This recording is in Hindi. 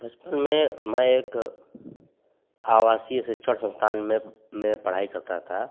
बचपन में मैं एक आवासीय शिक्षण सँस्थान में मैं पढ़ाई करता था